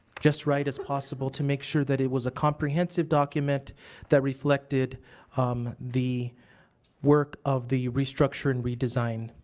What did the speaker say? just right as possible to make sure that it was a comprehensive document that reflected um the work of the restructure and redesign.